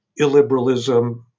illiberalism